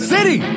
City